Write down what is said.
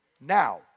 now